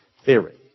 Theory